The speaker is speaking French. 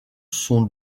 sont